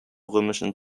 römischen